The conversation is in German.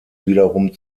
wiederum